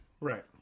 Right